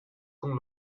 con